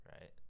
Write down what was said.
right